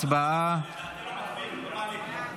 הצבעה.